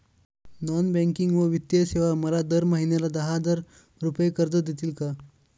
Non banking व वित्तीय सेवा मला दर महिन्याला दहा हजार रुपये कर्ज देतील का?